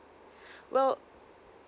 well